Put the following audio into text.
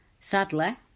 Sadly